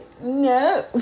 No